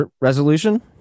resolution